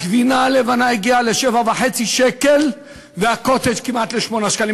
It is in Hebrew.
הגבינה הלבנה הגיעה ל-7.5 שקל והקוטג' כמעט ל-8 שקלים.